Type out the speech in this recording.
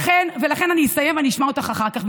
מיכל, אני אסיים ואשמע אותך אחר כך.